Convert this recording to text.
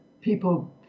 people